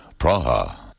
Praha